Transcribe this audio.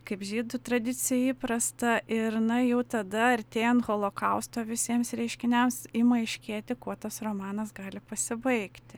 kaip žydų tradicijoj įprasta ir na jau tada artėjant holokausto visiems reiškiniams ima aiškėti kuo tas romanas gali pasibaigti